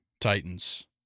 Titans